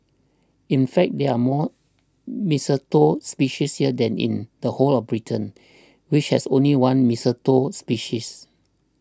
in fact there are more mistletoe species here than in the whole of Britain which has only one mistletoe species